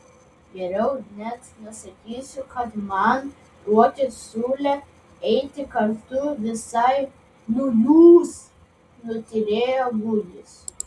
geriau net nesakysiu kad man ruokis siūlė eiti kartu visai nuliūs nutylėjo gugis